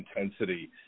intensity